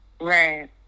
Right